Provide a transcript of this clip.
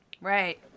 Right